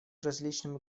различными